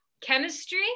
chemistry